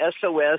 SOS